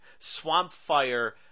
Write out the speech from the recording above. Swampfire